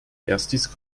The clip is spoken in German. erstis